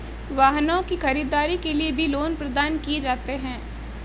वाहनों की खरीददारी के लिये भी लोन प्रदान किये जाते हैं